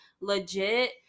legit